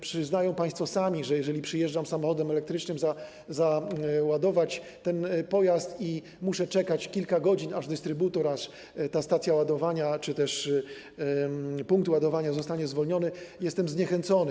Przyznają bowiem państwo sami, że jeżeli przyjeżdżam samochodem elektrycznym naładować ten pojazd i muszę czekać kilka godzin, aż dystrybutor, ta stacja ładowania czy też punkt ładowania zostanie zwolniony, to jestem zniechęcony.